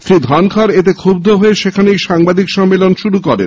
শ্রী ধনখড় এতে ক্ষুব্ধ হয়ে সেখানেই সাংবাদিক সম্মেলন শুরু করেন